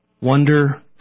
Wonder